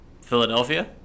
Philadelphia